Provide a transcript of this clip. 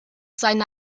seine